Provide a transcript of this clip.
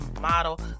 model